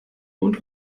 und